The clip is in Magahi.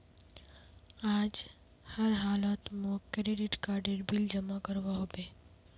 आज हर हालौत मौक क्रेडिट कार्डेर बिल जमा करवा होबे